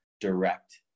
direct